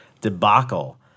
debacle